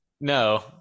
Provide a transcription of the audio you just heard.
No